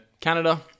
Canada